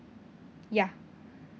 ya